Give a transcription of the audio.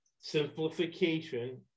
Simplification